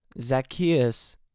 Zacchaeus